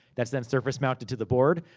that's then surface mounted to the board.